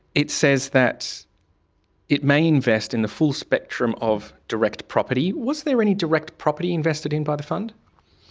it says that it may invest in the full spectrum of direct property. was there any direct property invested in by the fund?